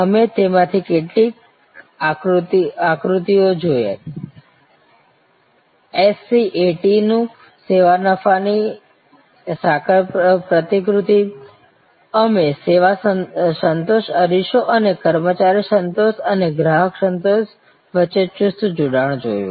અમે તેમાંથી કેટલાક આકૃતિઓ જોયા એસસીએટી નું સેવા નફાની સાકળ પ્રતિકૃતિ અમે સેવા સંતોષ અરીસો અને કર્મચારી સંતોષ અને ગ્રાહક સંતોષ વચ્ચે ચુસ્ત જોડાણ જોયું